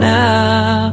now